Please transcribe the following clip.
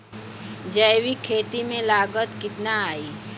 जैविक खेती में लागत कितना आई?